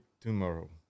Tomorrow